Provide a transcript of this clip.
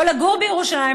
או לגור בירושלים,